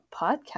podcast